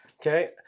Okay